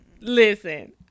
Listen